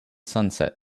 sunset